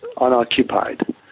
unoccupied